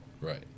Right